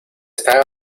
están